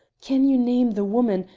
can you name the woman,